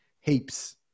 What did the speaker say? Heaps